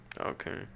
Okay